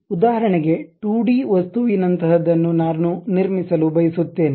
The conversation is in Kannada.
ಮತ್ತು ಉದಾಹರಣೆಗೆ 2 ಡಿ ವಸ್ತುವಿನಂತಹದನ್ನು ನಿರ್ಮಿಸಲು ನಾನು ಬಯಸುತ್ತೇನೆ